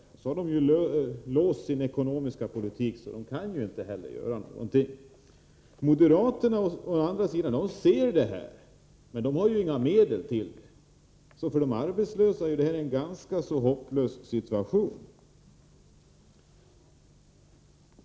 Dessutom har de låst sin ekonomiska politik, så de kan inte göra någonting. Moderaterna å andra sidan ser hur det förhåller sig, men de har inga medel att sätta in. För de arbetslösa är detta en ganska hopplös situation.